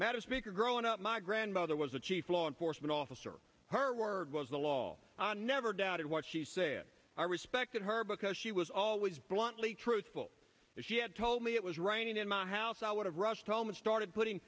matters because growing up my grandmother was a chief law enforcement officer her word was the law never doubted what she say our respected her because she was always bluntly truthful she had told me it was writing in my house i would have rushed home and started putting